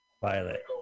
Violet